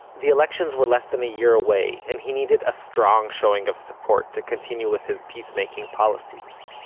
the elections were less than a year away, and he needed a strong showing of support to continue with his peace making policies.